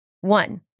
One